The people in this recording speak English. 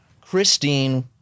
Christine